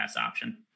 option